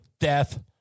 death